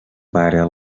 pare